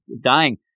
dying